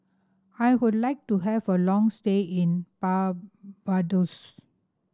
I would like to have a long stay in Barbados